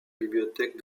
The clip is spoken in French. bibliothèque